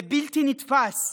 זה בלתי נתפס.